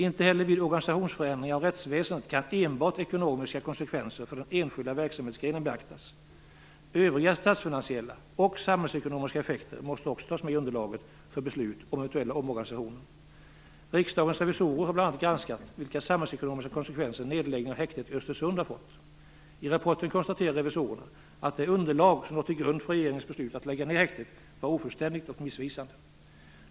Inte heller vid organisationsförändringar av rättsväsendet kan enbart ekonomiska konsekvenser för den enskilda verksamhetsgrenen beaktas. Övriga statsfinansiella och samhällsekonomiska effekter måste också tas med i underlaget för beslut om eventuella omorganisationer. Riksdagens revisorer har bl.a. granskat vilka samhällsekonomiska konsekvenser nedläggningen av häktet i Östersund har fått. I rapporten konstaterar revisorerna att det underlag som låg till grund för regeringens beslut att lägga ned häktet var ofullständigt och missvisande.